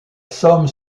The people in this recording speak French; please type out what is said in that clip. somme